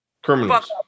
Criminals